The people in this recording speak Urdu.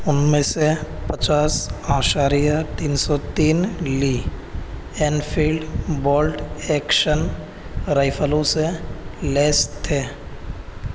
ان میں سے پچاس اعشاریہ تین سو تین Lee Enfield bolt action رائفلوں سے لیس تھے